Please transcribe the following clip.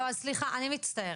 אני מצטערת.